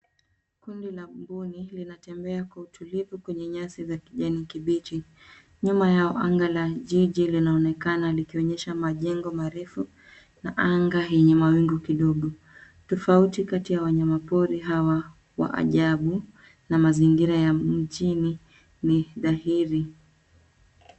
Kundi la mbuni, linatembea kwa utulivu kwenye nyasi za kijani kibichi, nyuma yao anga la jiji linaonekana likionyesha majengo marefu, na anga yenye mawingu kidogo. Tofauti kati ya wanyama pori hawa, wa ajabu, na mazingira ya mjini, ni dhahiri.